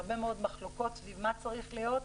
הרבה מאוד מחלוקות סביב מה צריך להיות,